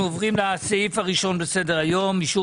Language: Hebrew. אנחנו עוברים לסעיף הראשון בסדר היום: אישור